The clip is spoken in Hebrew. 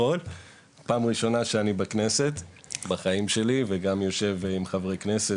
פעם הראשונה שאני בכנסת בחיים שלי וגם יושב עם חברי כנסת,